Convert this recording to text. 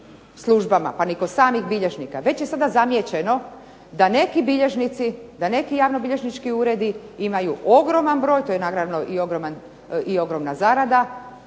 pa ni kod samih bilježnika. Već je sada zamijećeno da neki bilježnici, da neki javnobilježnički uredi imaju ogroman broj, to je naravno i ogromna zarada